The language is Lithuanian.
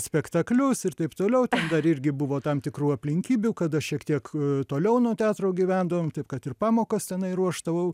spektaklius ir taip toliau dar irgi buvo tam tikrų aplinkybių kada šiek tiek toliau nuo teatro gyvendavom taip kad ir pamokas tenai ruošdavau